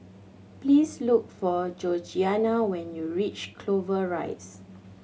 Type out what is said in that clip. please look for Georgeanna when you reach Clover Rise